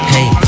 Hey